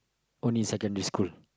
only secondary school